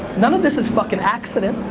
none of this is fuckin' accident.